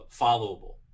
followable